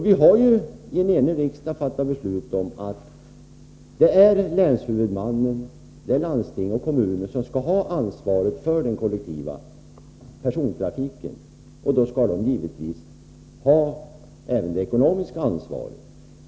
Vi har ju i en enig riksdag fattat beslut om att det är länshuvudmännen, landsting och kommuner, som skall ha ansvaret för den kollektiva persontrafiken, och då skall de givetvis ha även det ekonomiska ansvaret.